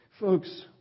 Folks